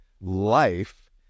life